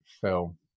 film